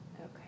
Okay